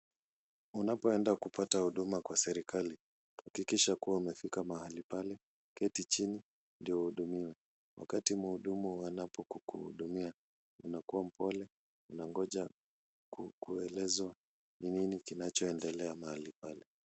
Unapoenda kupata huduma kwa serikali hakikisha kuwa umefika mahali pale keti chini ndio uhudumiwe. Wakati mhudumu anapokuhudumia unakuwa mpole unangoja kuelezwa ni nini kinachoendelea mahali pale.